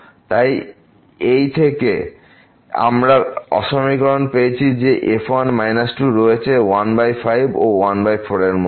তাই এই থেকে আমরাই অসমীকরণ পেয়েছি যে f1 2রয়েছে 15 ও 14 এর মধ্যে